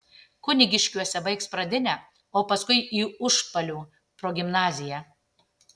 kunigiškiuose baigs pradinę o paskui į užpalių progimnaziją